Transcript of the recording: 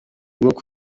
rwo